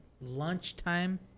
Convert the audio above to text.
lunchtime